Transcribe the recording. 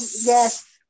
yes